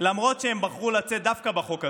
למרות שהם בחרו לצאת דווקא בחוק הזה.